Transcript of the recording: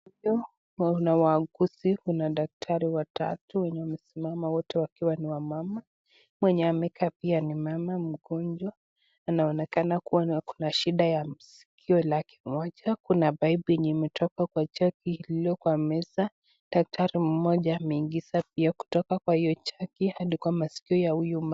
Huku kuna wauguzi kuna daktari watatu wenye wamesimama wakiwa wote ni wamama, mwenye amekaa pia ni mama mgonjwa , anaonekana kuwa ako na shida ya skio lake moja, kuna paipu imetoka kwa choki iliyo kwa meza, daktari mmoja ameingiza pia kutoka kwa hio choki hadi kwa maskio ya huyu mama.